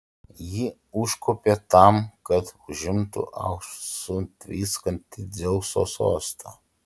ji užkopė tam kad užimtų auksu tviskantį dzeuso sostą